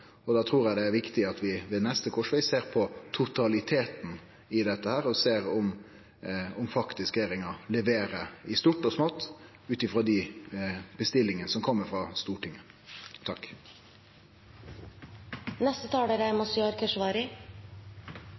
Da trur eg det er viktig at vi ved neste krossveg ser på totaliteten i dette og ser på om regjeringa faktisk leverer i stort og smått ut frå dei bestillingane som kjem frå Stortinget.